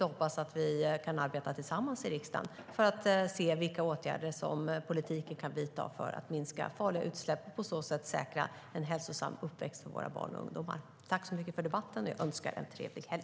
Jag hoppas att vi kan arbeta tillsammans i riksdagen för att se vilka åtgärder som politiken kan vidta för att minska farliga utsläpp och på så sätt säkra en hälsosam uppväxt för våra barn och ungdomar. Tack så mycket för debatten! Jag önskar en trevlig helg.